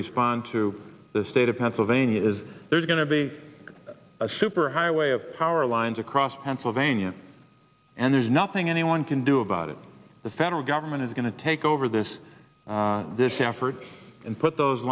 respond to the state of pennsylvania is there's going to be a superhighway of power lines of cross pennsylvania and there's nothing anyone can do about it the federal government is going to take over this this effort and put those